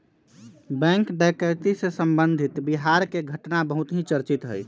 bank डकैती से संबंधित बिहार के घटना बहुत ही चर्चित हई